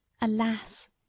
Alas